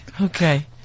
Okay